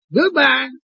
Goodbye